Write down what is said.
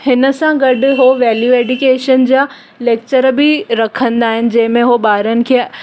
हिन सां गॾु हो वैल्यू एडुकेशन जा लेक्चर बि रखंदा आहिनि जंहिंमें हो ॿारनि खे